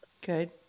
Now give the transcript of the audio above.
Good